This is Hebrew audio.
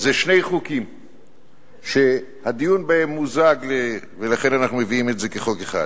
זה שני חוקים שהדיון בהם מוזג ולכן אנחנו מביאים את זה כחוק אחד.